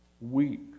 weak